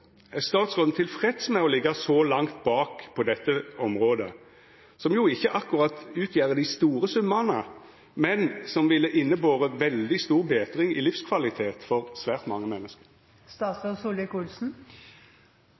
Er statsråden tilfreds med å liggja så langt bak på dette området, som jo ikkje akkurat utgjer dei store summane, men som ville innebore ei veldig stor betring i livskvaliteten for svært mange